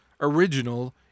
original